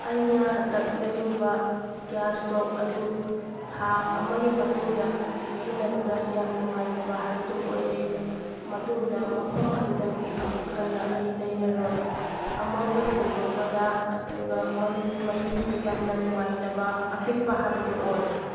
ꯑꯩꯅ ꯍꯟꯇꯛ ꯂꯩꯔꯨꯕ ꯒ꯭ꯌꯥꯁ ꯏꯁꯇꯣꯞ ꯑꯗꯨ ꯊꯥ ꯑꯃꯒꯤ ꯃꯇꯨꯡꯗ ꯁꯤꯖꯤꯟꯅꯕꯗ ꯌꯥꯝ ꯅꯨꯡꯉꯥꯏꯇꯕ ꯍꯥꯏꯕꯗꯨ ꯑꯣꯏꯔꯦ ꯃꯇꯨꯡꯗ ꯃꯐꯝ ꯑꯗꯨꯗꯒꯤ ꯑꯃꯨꯛ ꯍꯟꯅ ꯑꯩ ꯂꯩꯔꯔꯣꯏ ꯑꯃꯣꯠꯄ ꯁꯦꯡꯇꯣꯛꯄꯗ ꯑꯗꯨꯒ ꯃꯩ ꯃꯩꯔꯤꯁꯨ ꯌꯥꯝꯅ ꯅꯨꯡꯉꯥꯏꯇꯕ ꯑꯄꯤꯛꯄ ꯍꯥꯏꯕꯗꯨ ꯑꯣꯏ